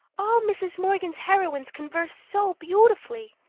all mrs. morgan's heroines converse so beautifully.